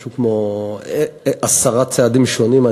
משהו כמו עשרה צעדים שונים.